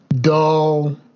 dull